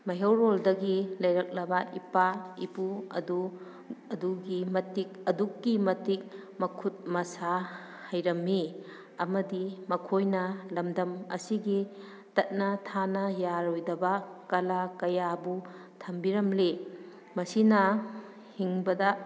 ꯃꯩꯍꯧꯔꯣꯜꯗꯒꯤ ꯂꯩꯔꯛꯂꯕ ꯏꯄꯥ ꯏꯄꯨ ꯑꯗꯨ ꯑꯗꯨꯒꯤ ꯃꯇꯤꯛ ꯑꯗꯨꯛꯀꯤ ꯃꯇꯤꯛ ꯃꯈꯨꯠ ꯃꯁꯥ ꯍꯩꯔꯝꯃꯤ ꯑꯃꯗꯤ ꯃꯈꯣꯏꯅ ꯂꯝꯗꯝ ꯑꯁꯤꯒꯤ ꯇꯠꯅ ꯊꯥꯅ ꯌꯥꯔꯣꯏꯗꯕ ꯀꯂꯥ ꯀꯌꯥꯕꯨ ꯊꯝꯕꯤꯔꯝꯂꯤ ꯃꯁꯤꯅ ꯍꯤꯡꯕꯗ